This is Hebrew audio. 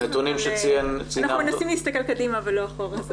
אנחנו מנסים להסתכל קדימה ולא אחורה.